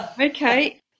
Okay